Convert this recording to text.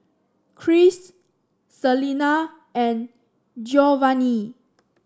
Christ Celena and Giovanny